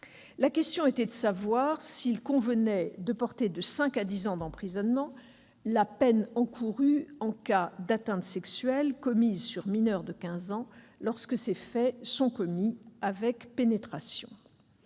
La question était de savoir s'il convenait de porter de cinq à dix ans d'emprisonnement la peine encourue en cas d'atteintes sexuelles commises sur un mineur de quinze ans lorsque ces faits sont commis avec pénétration.